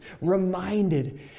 reminded